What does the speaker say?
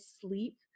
sleep